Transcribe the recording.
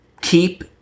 keep